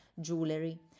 Jewelry